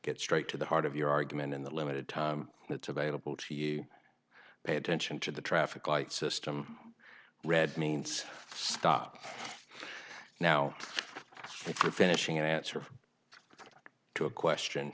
get straight to the heart of your argument in the limited time that's available to you pay attention to the traffic light system red means stop now if you're finishing an answer to a question